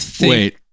wait